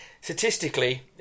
statistically